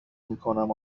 میکنم